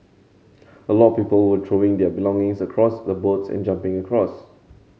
a lot of people were throwing their belongings across the boats and jumping across